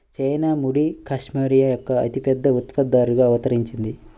China ముడి cashmere యొక్క అతిపెద్ద ఉత్పత్తిదారుగా అవతరించింది